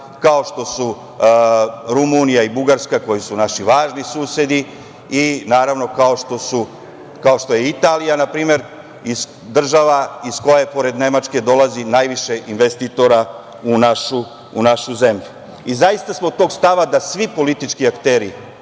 kao što su Rumunija i Bugarska, koji su naši važni susedi i, naravno, kao što je Italija, na primer, država iz koje, pored Nemačke, dolazi najviše investitora u našu zemlju. Zaista smo tog stava da svi politički akteri